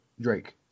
Drake